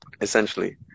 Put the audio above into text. Essentially